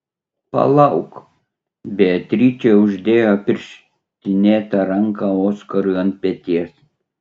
palauk beatričė uždėjo pirštinėtą ranką oskarui ant peties